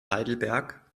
heidelberg